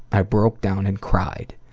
i broke down and cried.